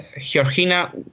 Georgina